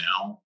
now